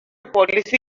policy